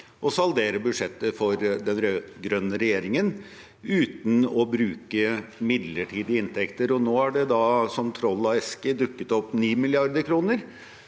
å saldere budsjettet for den rød-grønne regjeringen uten å bruke midlertidige inntekter. Nå har det som troll av eske dukket opp 9 mrd. kr